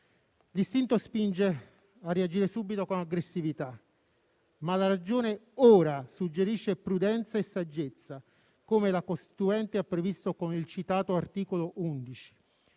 L'istinto spinge a reagire subito con aggressività, ma la ragione ora suggerisce prudenza e saggezza, come la Costituente ha previsto con il citato articolo 11.